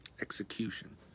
execution